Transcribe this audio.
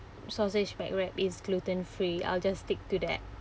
sausage mac wrap is gluten free I'll just stick to that